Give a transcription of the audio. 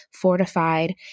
fortified